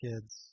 kids